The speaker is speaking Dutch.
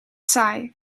saai